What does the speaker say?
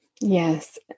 Yes